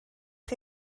chi